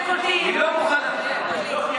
כי אחר כך, לא, לא.